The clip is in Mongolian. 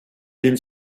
ийм